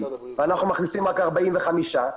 ואנחנו מכניסים רק 45,